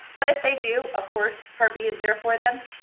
but if they do, of course, part b is there for them.